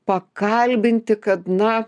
pakalbinti kad na